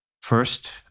first